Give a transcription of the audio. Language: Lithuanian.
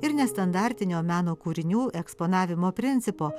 ir nestandartinio meno kūrinių eksponavimo principo